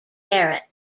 garrett